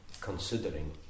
considering